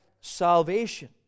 salvation